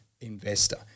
investor